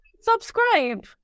subscribe